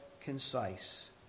concise